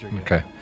Okay